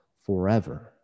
forever